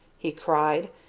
he cried,